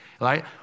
right